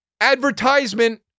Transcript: advertisement